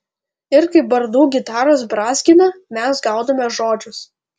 ir kai bardų gitaros brązgina mes gaudome žodžius